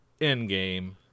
Endgame